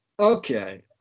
Okay